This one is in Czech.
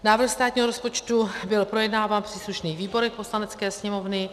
Návrh státního rozpočtu byl projednáván v příslušných výborech Poslanecké sněmovny.